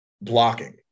blocking